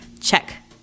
Check